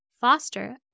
foster